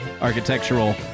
architectural